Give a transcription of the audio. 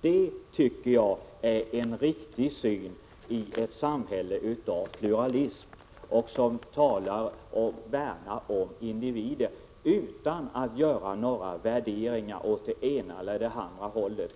Det tycker jag är en riktig syn i ett samhälle som präglas av pluralism och som talar och värnar om individen utan att göra någon värdering åt det ena eller andra hållet.